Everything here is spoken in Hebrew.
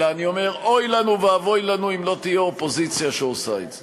אלא אני אומר: אוי לנו ואבוי לנו אם לא תהיה אופוזיציה שעושה את זה.